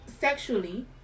sexually